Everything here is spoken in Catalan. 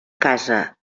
casa